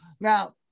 Now